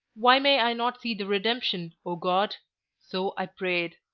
why may i not see the redemption, o god so i prayed.